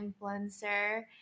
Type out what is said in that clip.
influencer